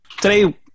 Today